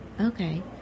Okay